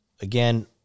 Again